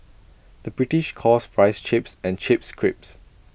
the British calls Fries Chips and Chips Crisps